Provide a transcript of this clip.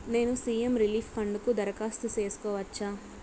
నేను CM relief fund కు దరఖాస్తు సేసుకోవచ్చా?